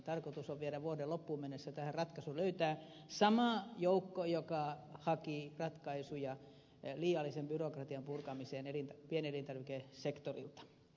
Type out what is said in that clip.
tarkoitus on vielä vuoden loppuun mennessä tähän ratkaisu löytää samalla joukolla joka haki ratkaisuja liiallisen byrokratian purkamiseen pienelintarvikesektorilta